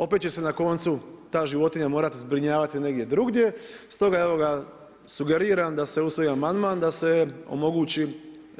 Opet će se na koncu ta životinja morati zbrinjavati negdje drugdje, stoga evo ga, sugeriram da se usvoji amandman, da se omogući